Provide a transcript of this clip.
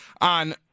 on